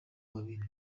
babiri